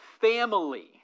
family